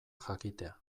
jakitea